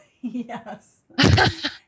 Yes